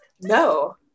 No